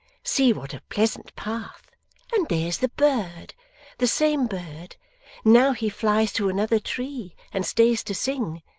see what a pleasant path and there's the bird the same bird now he flies to another tree, and stays to sing.